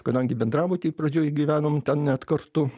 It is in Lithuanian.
kadangi bendrabuty pradžioj gyvenom ten net kartu